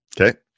Okay